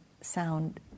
sound